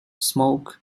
smoke